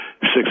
Six